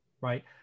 right